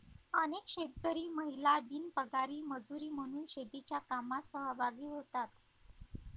अनेक शेतकरी महिला बिनपगारी मजुरी म्हणून शेतीच्या कामात सहभागी होतात